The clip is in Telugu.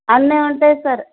అన్నీ ఉంటయి సార్